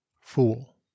Fool